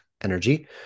energy